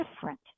different